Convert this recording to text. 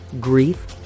grief